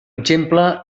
exemple